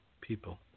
People